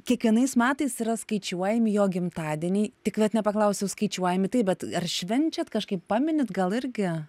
kiekvienais metais yra skaičiuojami jo gimtadieniai tik vat nepaklausiau skaičiuojami taip bet ar švenčiat kažkaip paminit gal irgi